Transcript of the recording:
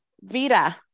Vita